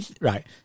Right